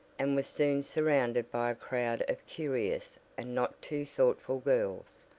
and was soon surrounded by a crowd of curious, and not too thoughtful girls,